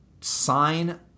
sign